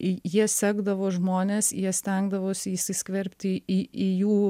jie sekdavo žmones jie stengdavosi įsiskverbti į į jų